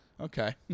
Okay